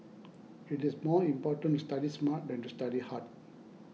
it is more important to study smart than to study hard